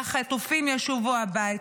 והחטופים ישובו הביתה.